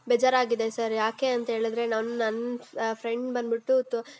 ಬೇಜಾರಾಗಿದೆ ಸರ್ ಯಾಕೆ ಅಂತ್ಹೇಳಿದ್ರೆ ನನ್ನ ನನ್ನ ಸ್ ಫ್ರೆಂಡ್ ಬಂದ್ಬಿಟ್ಟು ತು